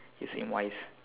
you seem wise